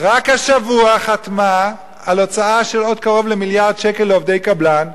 רק השבוע חתמה על הוצאה של עוד קרוב למיליארד שקל לעובדי קבלן,